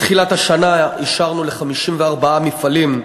מתחילת השנה אישרנו ל-54 מפעלים,